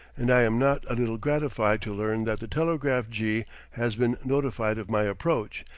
and i am not a little gratified to learn that the telegraph-jee has been notified of my approach,